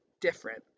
different